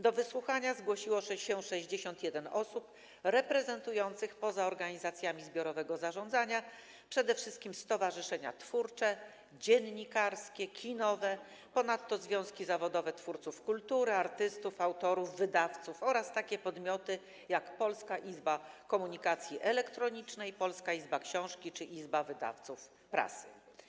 Do wysłuchania zgłosiło się 61 osób reprezentujących, poza organizacjami zbiorowego zarządzania, przede wszystkim stowarzyszenia twórcze, dziennikarskie, kinowe, ponadto związki zawodowe twórców kultury, artystów, autorów, wydawców oraz takie podmioty jak Polska Izba Komunikacji Elektronicznej, Polska Izba Książki czy Izba Wydawców Prasy.